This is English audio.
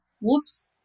Whoops